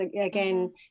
Again